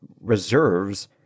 reserves